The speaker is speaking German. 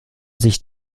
sich